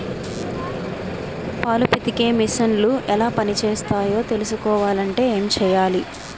పాలు పితికే మిసన్లు ఎలా పనిచేస్తాయో తెలుసుకోవాలంటే ఏం చెయ్యాలి?